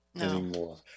anymore